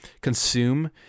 consume